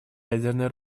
ядерное